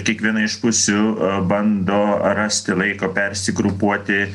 kiekviena iš pusių bando rasti laiko persigrupuoti